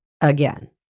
again